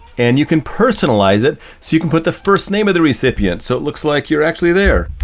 and you can personalize it, so you can put the first name of the recipient. so it looks like you're actually there.